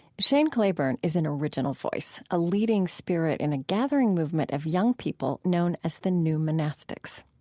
shane claiborne is an original voice, a leading spirit in a gathering movement of young people known as the new monastics.